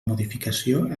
modificació